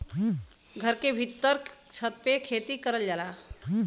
घर के भीत्तर छत पे खेती करल जाला